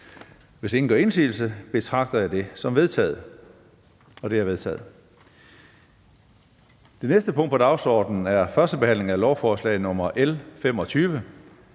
Hvis ingen gør indsigelse, betragter jeg det som vedtaget. Det er vedtaget. --- Det næste punkt på dagsordenen er: 10) 1. behandling af lovforslag nr. L 25: